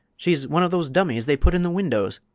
she's one of those dummies they put in the windows,